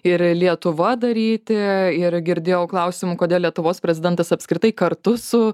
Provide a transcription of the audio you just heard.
ir lietuva daryti ir girdėjau klausimų kodėl lietuvos prezidentas apskritai kartu su